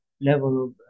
level